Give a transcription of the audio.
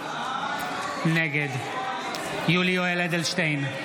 נגד יולי יואל אדלשטיין,